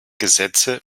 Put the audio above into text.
gesetze